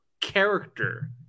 character